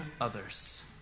others